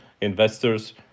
investors